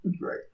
Right